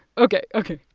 ok. ok.